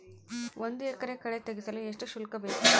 ಒಂದು ಎಕರೆ ಕಳೆ ತೆಗೆಸಲು ಎಷ್ಟು ಶುಲ್ಕ ಬೇಕು?